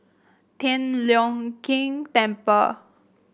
Tian Leong Keng Temple